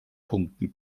punkten